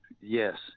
yes